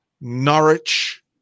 Norwich